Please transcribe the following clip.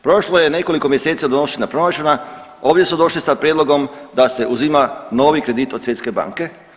Prošlo je nekoliko mjeseci od donošena proračuna, ovdje su došli sa prijedlogom da se uzima novi kredit od Svjetske banke.